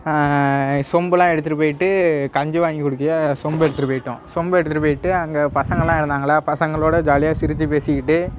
சொம்பெலாம் எடுத்துகிட்டு போய்விட்டு கஞ்சி வாங்கி குடிக்க சொம்பு எடுத்துகிட்டு போய்விட்டோம் சொம்பு எடுத்துகிட்டு போய்விட்டு அங்கே பசங்கெலாம் இருந்தாங்களா பசங்களோடு ஜாலியாக சிரித்து பேசிக்கிட்டு